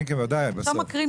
כן, בסוף.